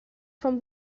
from